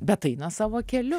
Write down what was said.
bet aina savo keliu